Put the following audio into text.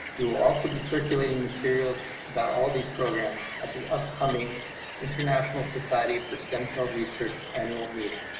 we will also be circulating materials about all these programs at the upcoming international society for stem cell research annual meeting.